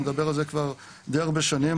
אני מדבר על זה כבר די הרבה שנים.